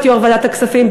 להיות יו"ר ועדת הכספים,